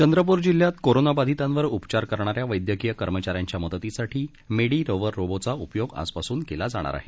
चंद्रपूर जिल्ह्यात कोरोनाबाधितांवर उपचार करणाऱ्या वद्धक्रीय कर्मचाऱ्यांच्या मदतीसाठी मेडी रोवर रोबोचा उपयोग आजपासून केला जाणार आहे